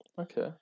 Okay